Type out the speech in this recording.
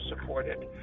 supported